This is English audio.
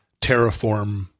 terraform